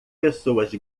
pessoas